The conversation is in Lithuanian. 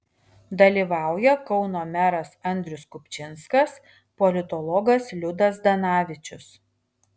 dalyvauja kauno meras andrius kupčinskas politologas liudas zdanavičius